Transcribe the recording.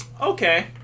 Okay